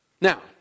Now